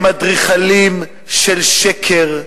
הם אדריכלים של שקר,